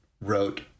wrote